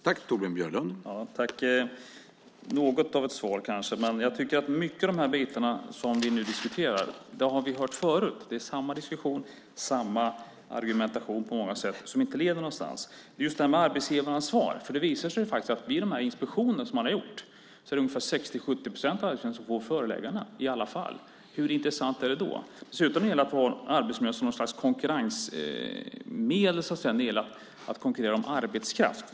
Herr talman! Det var kanske något av ett svar. Jag tycker att vi har hört mycket av det vi nu diskuterar förut. Det är samma diskussion och samma argumentation som inte leder någonstans. När det gäller arbetsgivaransvaret visar det sig vid de inspektioner som man har gjort att ungefär 60-70 procent av arbetsgivarna får förelägganden i alla fall. Hur intressant är det då? Dessutom skulle arbetsmiljö tydligen vara något slags konkurrensmedel för att konkurrera om arbetskraft.